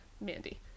Mandy